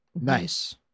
Nice